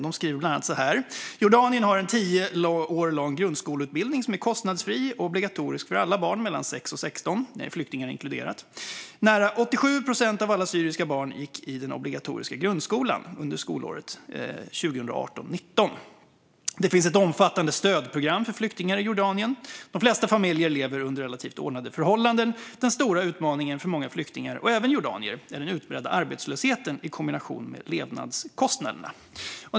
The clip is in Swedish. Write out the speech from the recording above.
De skriver bland annat: Jordanien har en tio år lång grundskoleutbildning som är kostnadsfri och obligatorisk för alla barn mellan 6 och 16 år, flyktingar inkluderade. Nära 87 procent av alla syriska barn gick i den obligatoriska grundskolan under skolåret 2018/19. Det finns ett omfattande stödprogram för flyktingar i Jordanien. De flesta familjer lever under relativt ordnade förhållanden. Den stora utmaningen för många flyktingar, och även jordanier, är den utbredda arbetslösheten i kombination med levnadskostnaderna.